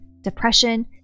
depression